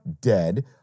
dead